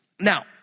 Now